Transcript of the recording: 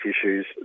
issues